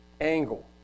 angle